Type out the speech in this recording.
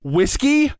Whiskey